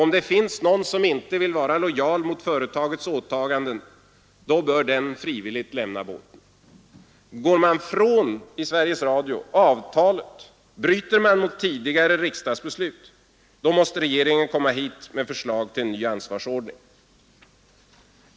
Om det finns någon som inte vill vara lojal mot företagets åtaganden, bör denne frivilligt lämna båten. Går man i Sveriges Radio ifrån avtalet, bryter man mot tidigare riksdagsbeslut och regeringen måste då komma hit med förslag till ny ansvarsordning.